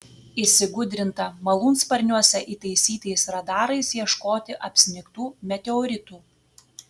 įsigudrinta malūnsparniuose įtaisytais radarais ieškoti apsnigtų meteoritų